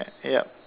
yup